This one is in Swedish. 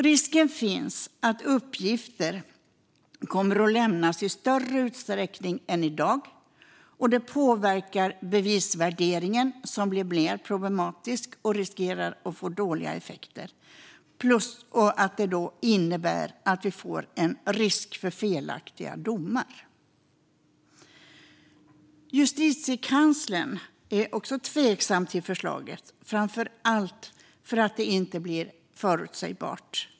Risken finns att uppgifter kommer att lämnas i större utsträckning än i dag. Det påverkar bevisvärderingen, som blir mer problematisk, och riskerar att få dåliga effekter. Det innebär också en risk för felaktiga domar. Justitiekanslern är också tveksam till förslaget, framför allt därför att det inte blir förutsägbart.